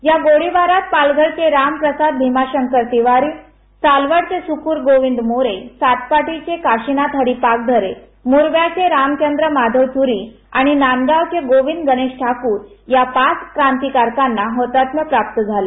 या गोळीबारात पालघर चे रामप्रसाद भीमाशंकर तिवारी सालवड चे सुक्र गोविंद मोरे सातपाटी चे काशीनाथ हरी पागधरे मुरबे चे रामचंद्र माधव चूरी आणि नांदगाव चे गोविंद गणेश ठाकुर या पाच क्रांतिकारकांना हौतात्म्य प्राप्त झालं